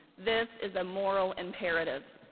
this is a moral imperative.